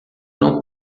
não